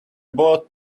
bought